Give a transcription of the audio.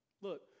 Look